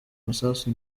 amasasu